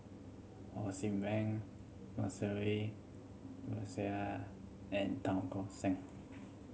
Ho See Beng Rosemary and Tan Tock San